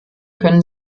können